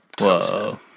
Whoa